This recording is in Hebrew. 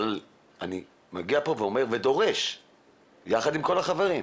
אבל אני מגיע ודורש יחד עם כל החברים,